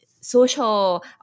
social